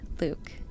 Luke